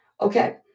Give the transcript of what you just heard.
Okay